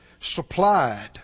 supplied